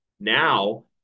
Now